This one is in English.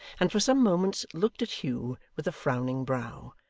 and for some moments looked at hugh with a frowning brow,